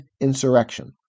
insurrection